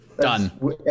Done